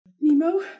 Nemo